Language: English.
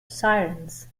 sirens